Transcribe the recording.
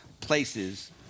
places